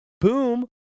Boom